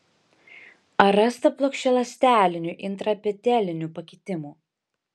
ar rasta plokščialąstelinių intraepitelinių pakitimų